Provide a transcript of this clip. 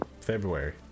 February